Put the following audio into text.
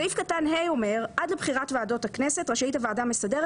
סעיף קטן (ה) אומר: "עד לבחירת ועדות הכנסת רשאית הוועדה המסדרת